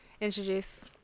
Introduce